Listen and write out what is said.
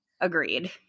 Agreed